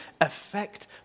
Affect